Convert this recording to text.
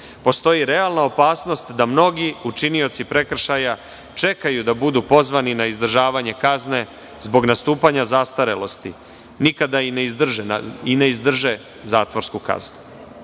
postoji realna opasnost da mnogi učinioci prekršaja čekaju da budu pozvani na izdržavanje kazne zbog nastupanja zastarelosti, nikada i ne izdrže zatvorsku kaznu,